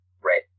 red